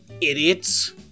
idiots